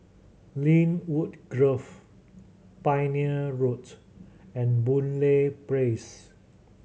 Lynwood Grove Pioneer Road and Boon Lay Place